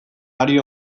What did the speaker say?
ari